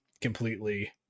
completely